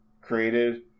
created